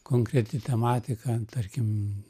konkreti tematika tarkim